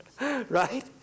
Right